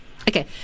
Okay